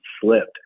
slipped